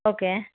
okay